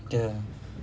ya ya